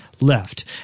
left